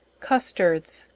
custards.